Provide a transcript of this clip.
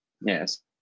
Yes